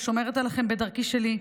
ושומרת עליכם בדרכי שלי.